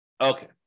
Okay